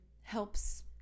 helps